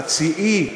חצי אי,